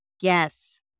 Yes